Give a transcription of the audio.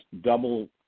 double